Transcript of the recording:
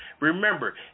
remember